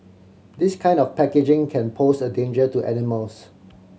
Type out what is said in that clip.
this kind of packaging can pose a danger to animals